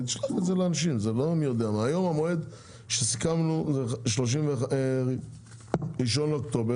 היום המועד שסיכמנו זה ה-1 באוקטובר,